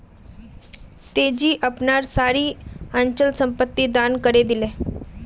तेजी अपनार सारी अचल संपत्ति दान करे दिले